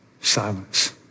Silence